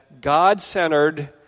God-centered